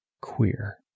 queer